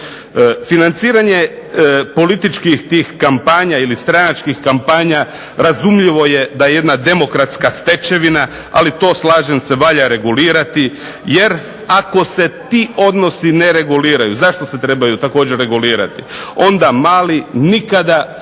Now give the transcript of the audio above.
Financiranje političkih tih kampanja ili stranačkih kampanja razumljivo je da je jedna demokratska stečevina, ali to slažem se valja regulirati jer ako se ti odnosi ne reguliraju, zašto se trebaju također regulirati? Onda mali nikada svojim